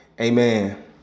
Amen